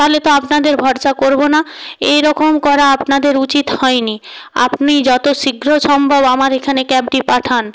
তাহলে তো আপনাদের ভরসা করবো না এই রকম করা আপনাদের উচিত হয়নি আপনি যত শীঘ্র সম্ভব আমার এখানে ক্যাবটি পাঠান